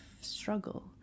struggle